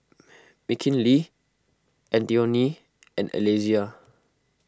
Mckinley Antione and Alesia